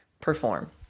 perform